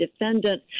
defendant